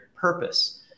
purpose